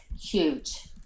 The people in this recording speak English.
huge